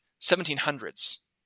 1700s